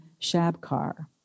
Shabkar